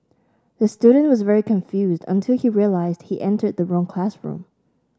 the student was very confused until he realised he entered the wrong classroom